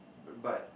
but